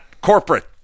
corporate